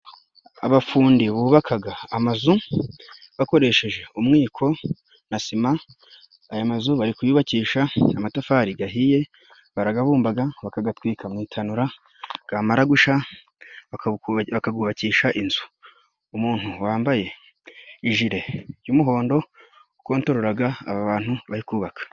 Abafundi bubakaga amazu bakoresheje umwiko na sima, aya mazu bari kuyubakisha amatafari gahiye, baragabumbaga bakagatwika mu itanura, gamara gusha bakagubakisha inzu, umuntu wambaye jire y'umuhondo ukontororaga aba bantu bari kubaka.